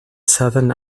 southern